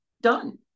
done